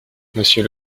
monsieur